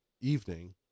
evening